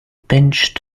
pinched